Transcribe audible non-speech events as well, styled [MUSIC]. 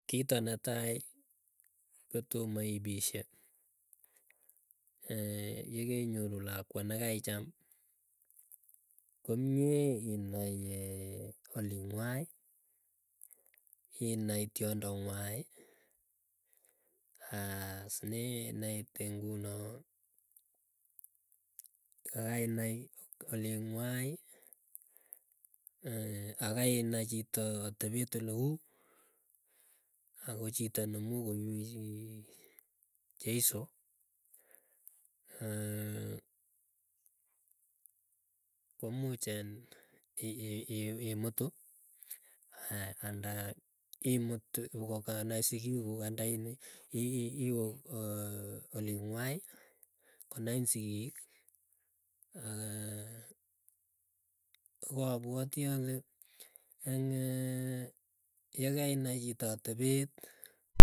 Kito netai kotomoipisye, [HESITATION] yekeinyoru lakwa nekaicham komie inai olingwai, inai tiondo ngwai, aas ninalte ngunoo. Kokainai olingwai [HESITATION] akainai chito atepet oleu ko chito nemuch koiywei cheiso [HESITATION] komuch imutu [HESITATION] anda imutu. Ngokanae sikikuk andaini iwoo olingwai konai sigiki. Opwoti ole yekainai chito atepet.